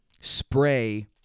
spray